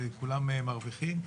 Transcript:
וכולם מרוויחים.